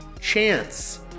Chance